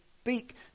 speak